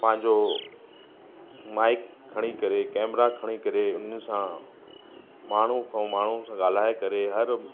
पंहिंजो माइक खणी करे कैमरा खणी करे उन्हनि सां माण्हू खां माण्हुनि सां ॻाल्हाए करे हर